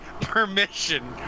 permission